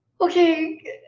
okay